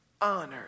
honored